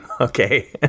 Okay